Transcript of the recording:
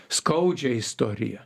skaudžią istoriją